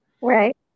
Right